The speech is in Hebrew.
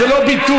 זה לא ביטוי,